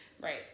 Right